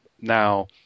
Now